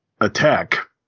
attack